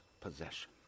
possession